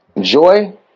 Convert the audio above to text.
Joy